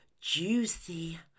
juicy